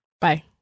Bye